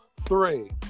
three